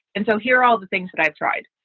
and so here are all the things that i've tried.